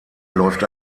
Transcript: läuft